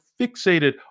fixated